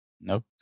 Nope